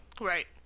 right